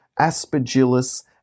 aspergillus